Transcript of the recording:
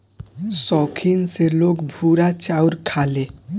सौखीन से लोग भूरा चाउर खाले